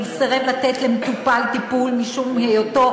סירב לתת למטופל טיפול משום היותו,